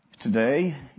Today